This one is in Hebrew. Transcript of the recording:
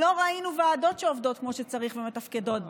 לא ראינו ועדות שעובדות כמו שצריך ומתפקדות,